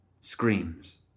Screams